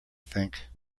think